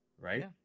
right